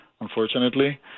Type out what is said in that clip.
unfortunately